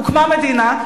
הוקמה מדינה,